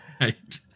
Right